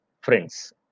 friends